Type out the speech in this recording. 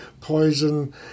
Poison